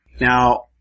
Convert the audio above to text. Now